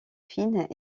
fines